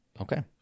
Okay